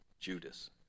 Judas